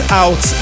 out